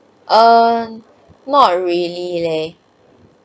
err not really leh